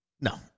No